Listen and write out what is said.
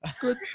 good